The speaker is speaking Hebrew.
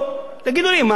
תגידו לי, מה, אתם השתגעתם?